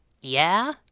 Yeah